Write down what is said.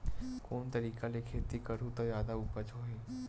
कोन तरीका ले खेती करहु त जादा उपज होही?